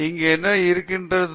எனவே இங்கு என்ன இருக்கிறது